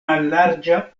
mallarĝa